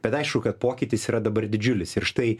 bet aišku kad pokytis yra dabar didžiulis ir štai